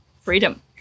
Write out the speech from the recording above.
freedom